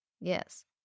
Yes